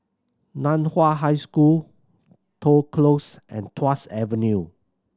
Nan Hua High School Toh Close and Tuas Avenue